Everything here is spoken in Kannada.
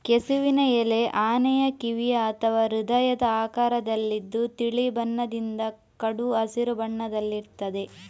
ಕೆಸುವಿನ ಎಲೆ ಆನೆಯ ಕಿವಿಯ ಅಥವಾ ಹೃದಯದ ಆಕಾರದಲ್ಲಿದ್ದು ತಿಳಿ ಬಣ್ಣದಿಂದ ಕಡು ಹಸಿರು ಬಣ್ಣದಲ್ಲಿರ್ತದೆ